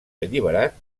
alliberat